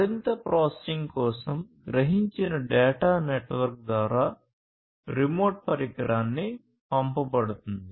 మరింత ప్రాసెసింగ్ కోసం గ్రహించిన డేటా నెట్వర్క్ ద్వారా రిమోట్ పరికరానికి పంపబడుతుంది